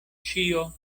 ĉio